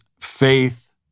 faith